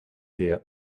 here